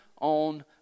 on